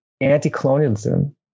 anti-colonialism